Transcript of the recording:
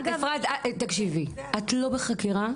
אפרת, תקשיבי, את לא בחקירה.